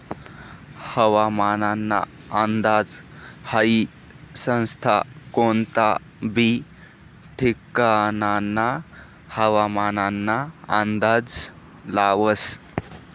हवामानना अंदाज हाई संस्था कोनता बी ठिकानना हवामानना अंदाज लावस